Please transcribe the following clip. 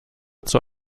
zur